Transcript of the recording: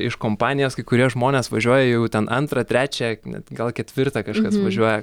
iš kompanijos kai kurie žmonės važiuoja jau ten antrą trečią net gal ketvirtą kažkas važiuoja